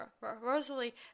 Rosalie